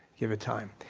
give it time.